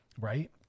right